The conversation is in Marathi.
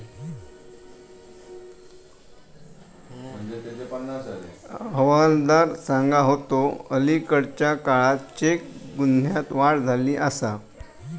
हवालदार सांगा होतो, अलीकडल्या काळात चेक गुन्ह्यांत वाढ झाली आसा